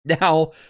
Now